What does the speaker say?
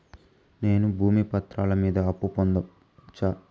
నేను భూమి పత్రాల మీద అప్పు పొందొచ్చా?